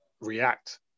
react